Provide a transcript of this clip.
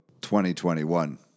2021